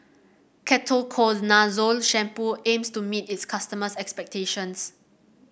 Ketoconazole Shampoo aims to meet its customers' expectations